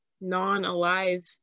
non-alive